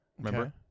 Remember